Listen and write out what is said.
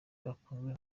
bakunzwe